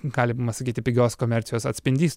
galima sakyti pigios komercijos atspindys